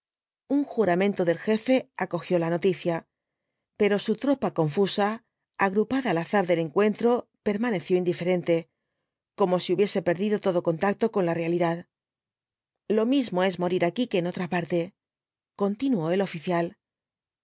un juramento del jefe acogió la noticia pero su tropa confusa agrupada al azar del encuentro permaneció indiferente como si hubiese perdido todo contacto con la realidad lo mismo es morir aquí que en otra parte continuó el oficial